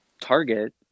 Target